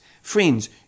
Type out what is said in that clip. Friends